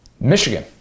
Michigan